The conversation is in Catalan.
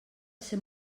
ser